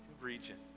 region